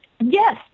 Yes